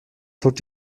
zog